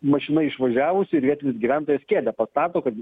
mašina išvažiavusi ir vietinis gyventojas kėdę pastato kad